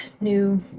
New